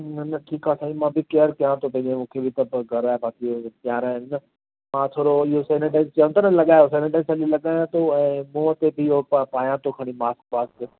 न न ठीकु आहे साईं मां बि केअर कयां थो भई हा मूंखे बि त पोइ घर जा भाती प्यारा आहिनि न मां थोरो इहो सैनिटाइज़ चवनि था न लॻायो सैनिटाइज़ तॾहिं लॻायां थो ऐं मुंहुं ते बि उहो प पायां थो खणी मास्क वास्क